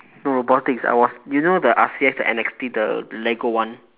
no robotics I was you know the the N_X_T the lego one